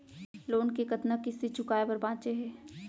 Loan के कतना किस्ती चुकाए बर बांचे हे?